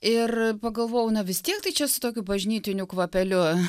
ir pagalvojau na vis tiek tai čia su tokiu bažnytiniu kvapeliu